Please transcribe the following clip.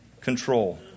control